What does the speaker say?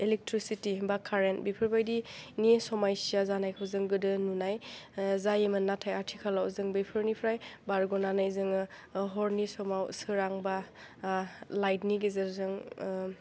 electricity बा खारेन बेफोरबायदिनि समयस्सा जानायखौ जों गोदो नुनाय जायोमोन नाथाइ आथिखालाव जों बेफोरनिफ्राय बारग'नानै जोङो हरनि समाव सोरांबा लाइटनि गेजेरजों